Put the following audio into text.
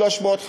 300,